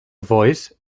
voice